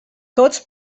tots